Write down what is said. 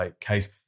case